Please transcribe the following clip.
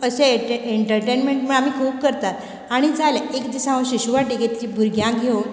अशे एक एँटरटेनमेंट म्हळ्यार आमी खूब करतात आनी जाले एक दिसा हांव शिशू वाटीकेंतल्या भुरग्यांक घेवन